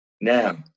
Now